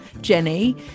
Jenny